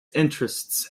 interests